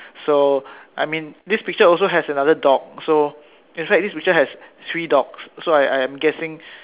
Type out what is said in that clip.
so I mean this picture also has another dog so in fact this picture has three dogs so I I am guessing